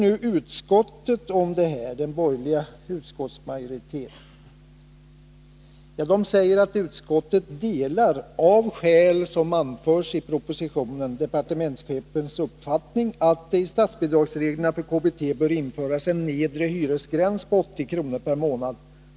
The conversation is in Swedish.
Vad säger nu den borgerliga utskottsmajoriteten om det här? Den säger: ”Utskottet delar, av skäl som anförs i propositionen, departementschefens uppfattning att det i statsbidragsreglerna för KBT bör införas en nedre hyresgräns på 80 kr./mån.